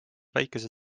väikese